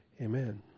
Amen